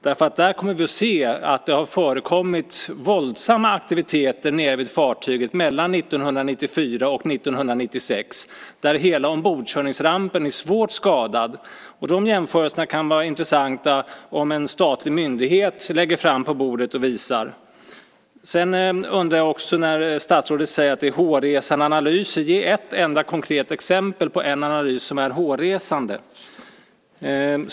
Då kommer vi nämligen att se att det mellan 1994 och 1996 förekom våldsamma aktiviteter nere vid fartyget; hela ombordkörningsrampen är svårt skadad. Det kan vara intressant att se på dessa jämförelser om en statlig myndighet lägger dem på bordet. Sedan undrar jag också när statsrådet säger att det är hårresande analyser. Ge ett enda exempel på en analys som är hårresande!